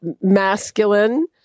masculine